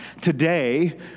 today